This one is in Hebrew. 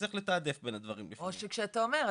צריך לתעדף בין הדברים --- או שכשאתה אומר,